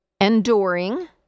enduring